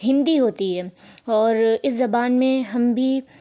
ہندی ہوتی ہے اور اس زبان میں ہم بھی